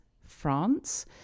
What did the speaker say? France